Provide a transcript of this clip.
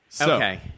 Okay